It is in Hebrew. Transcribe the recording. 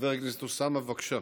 חבר הכנסת אוסאמה, בבקשה.